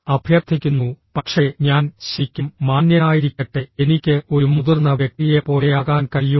അഭ്യർത്ഥിക്കുന്നു പക്ഷേ ഞാൻ ശരിക്കും മാന്യനായിരിക്കട്ടെ എനിക്ക് ഒരു മുതിർന്ന വ്യക്തിയെപ്പോലെയാകാൻ കഴിയുമോ